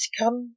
come